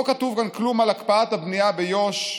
לא כתוב כאן כלום על הקפאת הבנייה ביו"ש,